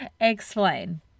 explain